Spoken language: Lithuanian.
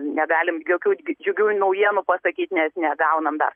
negalim jokių džiugių naujienų pasakyt nes negaunam dar